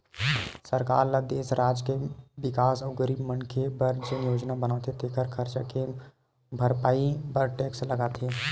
सरकार ल देस, राज के बिकास अउ गरीब मनखे बर जेन योजना बनाथे तेखर खरचा के भरपाई बर टेक्स लगाथे